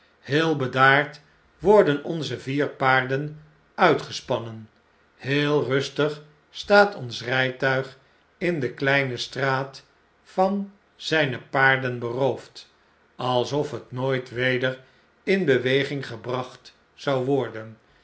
heel bedaard worden onze vier paarden uitgespannen heel rustig staat ons rjjtuig in de kleine straat van zjjne paarden beroofd alsof het nooit weder in beweging gebracht zou worden